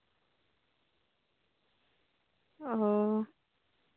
ᱚ